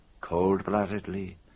cold-bloodedly